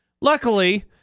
luckily